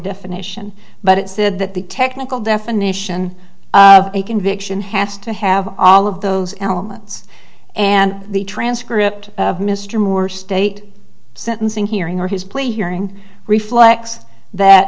definition but it said that the technical definition of a conviction has to have all of those elements and the transcript of mr moore state sentencing hearing or his plea hearing reflects that